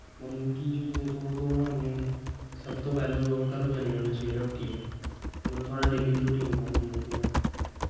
मतलब कि जिसलै तुस दौड़ लान्ने होन्ने सब तो पैह्लें तुस घरों जन्ने होन्ने सवेरै उट्ठियै मतलब थुआढ़ी डेल्ली दी रोटीन बनदी ऐ